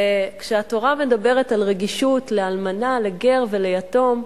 וכשהתורה מדברת על רגישות לאלמנה, לגר וליתום,